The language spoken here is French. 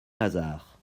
lazare